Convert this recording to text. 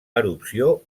erupció